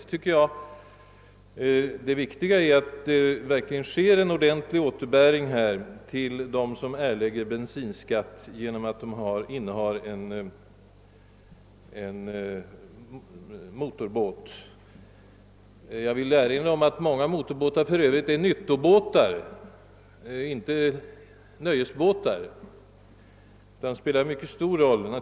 Det viktiga för mig är nämligen att det verkligen sker en ordentlig återbäring till dem som erlägger bensinskatt genom att de innehar en motorbåt. Jag vill erinra om att många motorbåtar för övrigt är nyttobåtar och som sådana spelar en mycket stor roll.